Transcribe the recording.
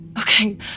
okay